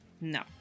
No